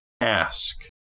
ask